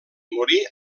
morir